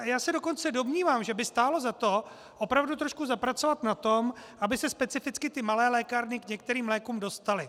Já se dokonce domnívám, že by stálo za to opravdu trošku zapracovat na tom, aby se specificky malé lékárny k některým lékům dostaly.